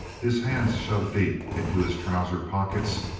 his hands shoved deep into his trouser pockets,